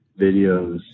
videos